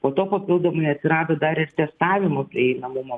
po to papildomai atsirado dar ir testavimo prieinamumo